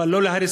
אבל לא להריסה,